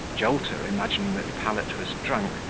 jolter, imagining that pallet was drunk,